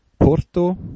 Porto